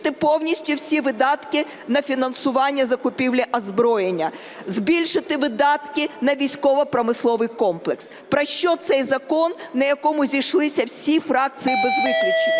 збільшити повністю всі видатки на фінансування закупівлі озброєння, збільшити видатки на військово-промисловий комплекс. Про що цей закон, на якому зійшлися всі фракції без виключення,